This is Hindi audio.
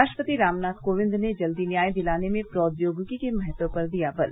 राष्ट्रपति रामनाथ कोविंद ने जल्दी न्याय दिलाने में प्रौद्योगिकी के महत्व पर दिया बल